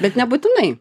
bet nebūtinai